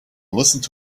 listened